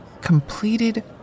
Completed